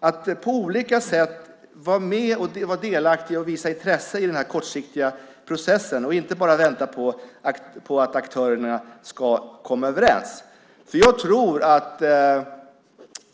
Man kan på olika sätt vara med, vara delaktig och visa intresse i den kortsiktiga processen och inte bara vänta på att aktörerna ska komma överens.